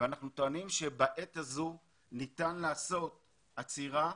בעת הזאת ניתן לעשות עצירה,